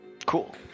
Cool